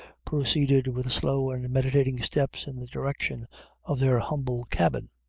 proceeded with slow and meditating steps in the direction of their humble cabin.